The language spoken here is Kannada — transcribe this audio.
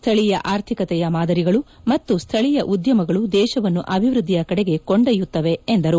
ಸ್ವಳೀಯ ಆರ್ಥಿಕತೆಯ ಮಾದರಿಗಳು ಮತ್ತು ಸ್ಥಳೀಯ ಉದ್ಯಮಗಳು ದೇಶವನ್ನು ಅಭಿವ್ಯದ್ಲಿಯ ಕಡೆಗೆ ಕೊಂಡೊಯ್ನುತ್ತವೆ ಎಂದರು